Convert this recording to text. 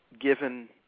given